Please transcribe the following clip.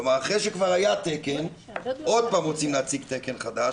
כלומר אחרי שכבר היה תקן עוד פעם רוצים להציג תקן חדש,